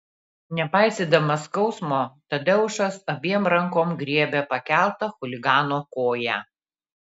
nepaisydamas skausmo tadeušas abiem rankom griebė pakeltą chuligano koją